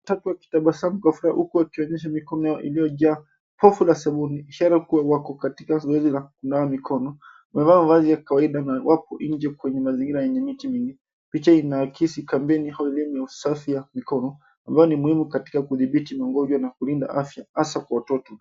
Watoto wakitabasamu kwa furaha huku wakionyesha mikono yao iliyo jaa povu la sabuni ishara kuwa wako katika zoezi la kunawa mikono. Wamevaa mavazi ya kawaida na wako nje kwenye mazingira yenye miti mingi picha inayoakisi kampeni au elimu ya usafi wa mikono ambayo ni muhimu katika kudhibiti magonjwa na kulinda afya hasa kwa watoto.